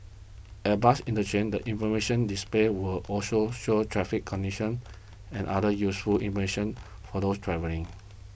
at bus interchanges the information display will also show traffic conditions and other useful information for those travelling